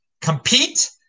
Compete